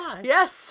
Yes